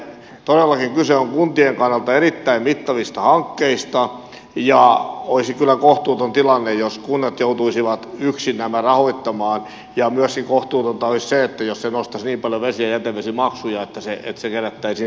todellakin kyse on kuntien kannalta erittäin mittavista hankkeista ja olisi kyllä kohtuuton tilanne jos kunnat joutuisivat yksin nämä rahoittamaan ja myöskin kohtuutonta olisi jos se nostaisi vesi ja jätevesimaksuja niin paljon että se kerättäisiin sitten kuntalaisilta